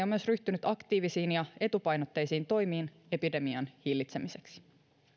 on myös ryhtynyt aktiivisiin ja etupainotteisiin toimiin epidemian hillitsemiseksi